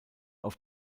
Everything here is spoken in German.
auf